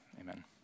amen